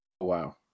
Wow